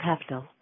Capital